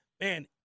Man